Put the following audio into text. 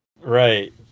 Right